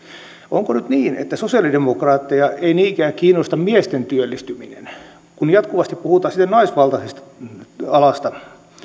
onko nyt niin että sosialidemokraatteja ei niinkään kiinnosta miesten työllistyminen kun jatkuvasti puhutaan siitä naisvaltaisesta alasta